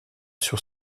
sur